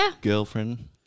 girlfriend